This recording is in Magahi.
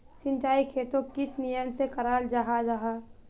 सिंचाई खेतोक किस नियम से कराल जाहा जाहा?